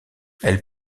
elle